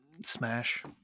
Smash